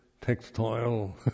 textile